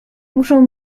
muszą